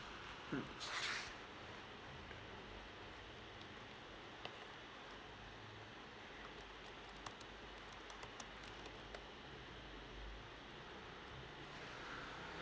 mm